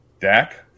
Dak –